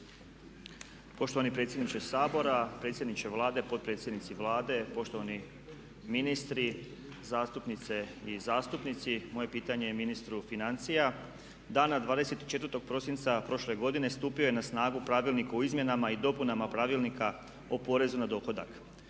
Poštovani predsjedniče Sabora, predsjedniče Vlade, potpredsjednici Vlade, poštovani ministri, zastupnice i zastupnici. Moje pitanje je ministru financija. Dana 24. prosinca prošle godine stupio je na snagu Pravilnik o izmjenama i dopunama Pravilnika o porezu na dohodak